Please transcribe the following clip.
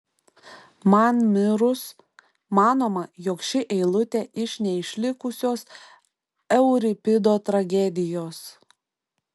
man mirus manoma jog ši eilutė iš neišlikusios euripido tragedijos